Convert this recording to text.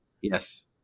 Yes